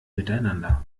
miteinander